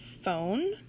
phone